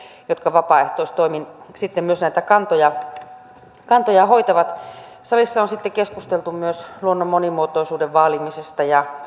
jotka vapaaehtoistoimin sitten myös näitä kantoja kantoja hoitavat salissa on sitten keskusteltu myös luonnon monimuotoisuuden vaalimisesta ja